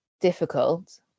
difficult